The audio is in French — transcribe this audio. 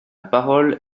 parole